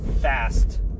fast